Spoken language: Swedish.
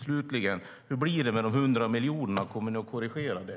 Slutligen: Hur blir det med de 100 miljonerna? Kommer ni att korrigera det?